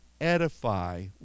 edify